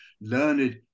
learned